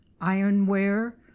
ironware